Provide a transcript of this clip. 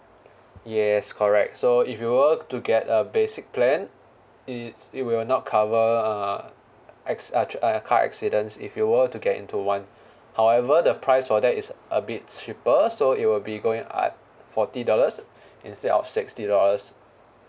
yes correct so if you were to get a basic plan it it will not cover uh acc~ uh a car accidents if you were to get into one however the price for that is a bit cheaper so it will be going at forty dollars instead of sixty dollars